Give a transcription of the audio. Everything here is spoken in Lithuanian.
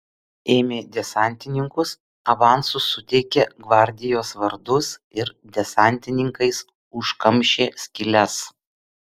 ėmė desantininkus avansu suteikė gvardijos vardus ir desantininkais užkamšė skyles